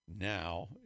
Now